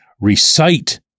recite